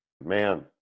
man